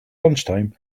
lunchtime